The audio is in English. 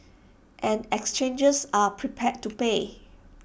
and exchanges are prepared to pay